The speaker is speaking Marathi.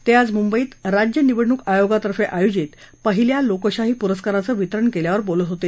ते आज मुंबईत राज्य निवडणूक आयोगातर्फे आयोजित पहिल्या लोकशाही पुरस्कारांचं वितरण केल्यावर बोलत होते